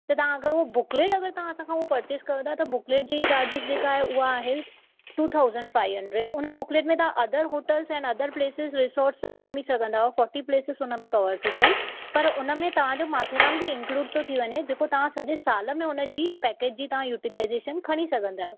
त तव्हां अगरि उहो बुकलेट अगरि तव्हां असां खां उहो परचेज़ करियो था त बुकलेट जी चार्जेस जेका आहे उहा आहे टू थाउज़ैंड फाइव हंड्रैड उन बुकलेट में तव्हां अदर होटल्स ऐं अदर प्लेसिस रिज़ोर्ट सभु घुमी सघंदा आयो फोर्टी प्लेसिस हुन में कवर थियूं थियनि पर उन में तव्हां जो माथेरान बि इनक्लूड थो थी वञें जेको तव्हां सॼे साल में हुनजी पैकेज जी तव्हां यूटिलाइज़ेशन खणी सघंदा आयो